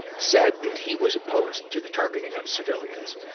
said that he was opposed to the targeting of civilians.